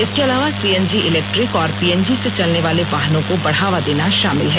इसके अलावा CNG electric और पीएनजी से चलने वाले वाहनों को बढ़ावा देना शामिल हैं